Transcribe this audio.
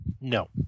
No